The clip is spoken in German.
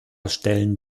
stellen